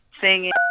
singing